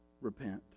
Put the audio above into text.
repent